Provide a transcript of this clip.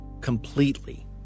completely